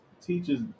teachers